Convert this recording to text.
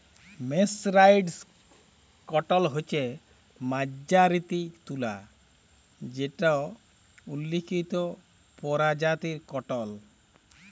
mercerised cotton হছে মাজ্জারিত তুলা যেট উল্লত পরজাতির কটল